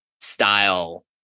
style